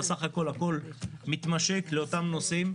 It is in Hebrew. הכול מתמשק לאותם נושאים,